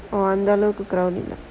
அந்த அளவுக்கு:antha alavukku crowded ah